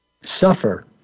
suffer